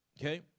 Okay